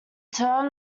term